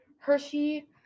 Hershey